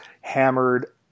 hammered